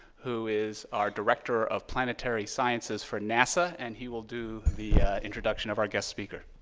who is our director of planetary sciences for nasa, and he will do the introduction of our guest speaker.